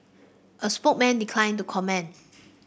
a spokesman declined to comment